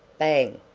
bang!